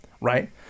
Right